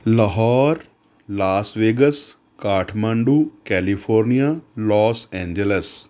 Lahore Las Vegas Kathmandu California Los Angeles